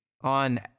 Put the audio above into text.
on